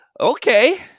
Okay